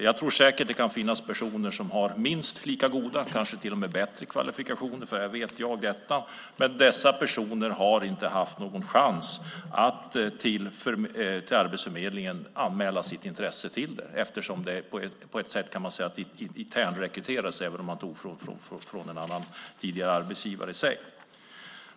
Jag tror säkert att det kan finnas personer som har minst lika goda, kanske till och med bättre, kvalifikationer, men dessa personer har inte haft någon chans att anmäla sitt intresse till Arbetsförmedlingen. På ett sätt kan man säga att de här personerna internrekryterats även om de togs från en tidigare arbetsgivare.